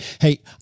Hey